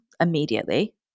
immediately